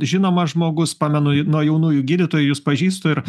žinomas žmogus pamenu nuo jaunųjų gydytojų jus pažįstu ir